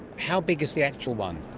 how big is the actual one?